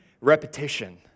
repetition